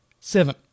Seven